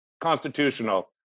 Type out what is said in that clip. constitutional